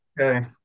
Okay